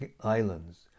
islands